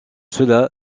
cela